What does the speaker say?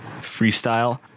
freestyle